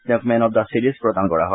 তেওঁক man of the series প্ৰদান কৰা হয়